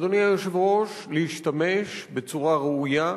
אדוני היושב-ראש, להשתמש בצורה ראויה,